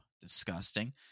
Disgusting